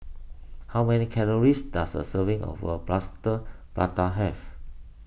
how many calories does a serving of a Plaster Prata have